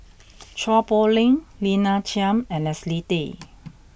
Chua Poh Leng Lina Chiam and Leslie Tay